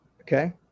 okay